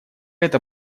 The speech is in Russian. это